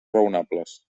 raonables